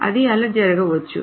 అది అలా జరగవచ్చు